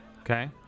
Okay